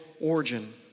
origin